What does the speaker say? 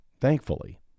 Thankfully